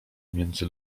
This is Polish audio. między